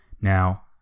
Now